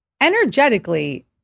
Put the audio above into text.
energetically